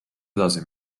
edasi